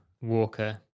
Walker